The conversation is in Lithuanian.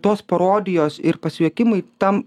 tos parodijos ir pasijuokimai tam